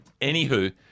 Anywho